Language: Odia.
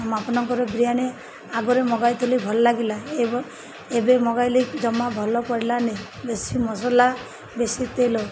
ମୁଁ ଆପଣଙ୍କର ବିରିୟାନୀ ଆଗରେ ମଗାଇଥିଲି ଭଲ ଲାଗିଲା ଏବେ ଏବେ ମଗାଇଲି ଜମା ଭଲ ପଡ଼ିଲାନି ବେଶୀ ମସଲା ବେଶୀ ତେଲ